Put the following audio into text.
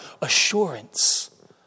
assurance